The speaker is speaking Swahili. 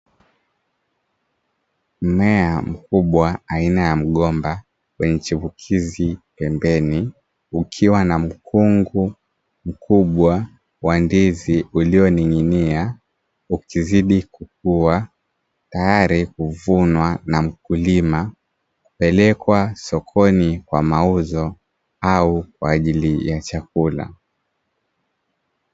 Mmea mkubwa aina ya mgomba wenye chipukizi pembeni, ukiwa na mkungu mkubwa wa ndizi ulioning’inia, ukizidi kukuwa tayari kuvunwa na mkulima kupelekwa sokoni kwa mauzo au kwa ajili ya chakula.